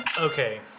Okay